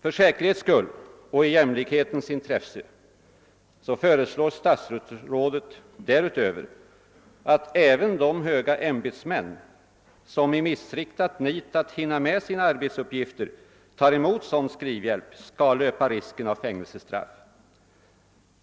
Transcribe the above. För säkerhets skull och i jämlikhetens intresse föreslår statsrådet därutöver att även de höga ämbetsmän som i missriktat nit att hinna med sina arbetsuppgifter tar emot sådan skriv hjälp skail löpa risken av fängelsestraff.